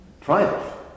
Triumph